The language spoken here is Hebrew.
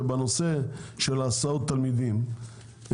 שבנושא של הסעות תלמידים,